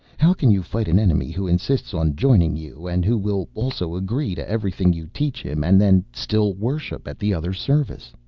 how can you fight an enemy who insists on joining you and who will also agree to everything you teach him and then still worship at the other service?